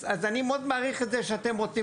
אז אני מאוד מעריך את זה שאתם רוצים